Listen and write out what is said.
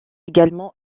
également